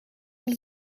dat